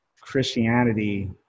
Christianity